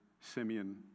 Simeon